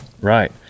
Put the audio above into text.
Right